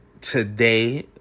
today